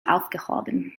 aufgehoben